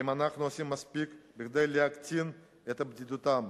אם אנחנו עושים מספיק כדי להקטין את בדידותם.